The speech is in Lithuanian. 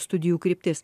studijų kryptis